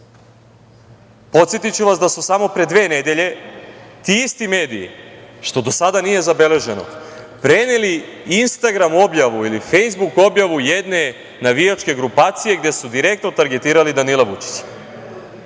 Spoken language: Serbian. vas su samo pre dve nedelje ti isti mediji, što do sada nije zabeleženo, preneli Instagram objavu ili Fejsbuk objavu jedne navijačke grupacije gde su direktno targetirali Danila Vučića.